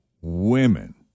women